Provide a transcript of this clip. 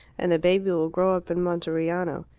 and the baby will grow up in monteriano.